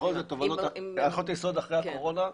בואי נכתוב שבאמת נפנה למשרד האוצר ונבדוק מה התשובה שלהם.